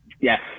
Yes